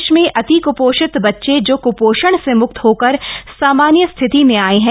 प्रदेश में अति कृपोषित बच्चे जो कृपोषण से मुक्त होकर सामान्य स्थिति में आये हैं